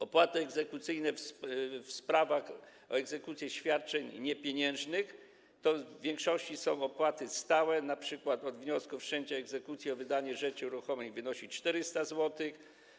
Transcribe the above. Opłaty egzekucyjne w sprawach o egzekucję świadczeń niepieniężnych to w większości są opłaty stałe, np. od wniosku o wszczęcie egzekucji o wydanie rzeczy ruchomej wynosi to 400 zł.